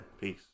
Peace